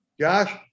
Josh